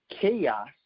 chaos